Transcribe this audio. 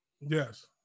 Yes